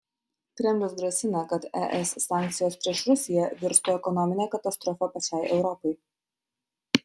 kremlius grasina kad es sankcijos prieš rusiją virstų ekonomine katastrofa pačiai europai